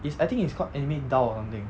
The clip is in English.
is I think is called anime dull or something